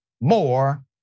more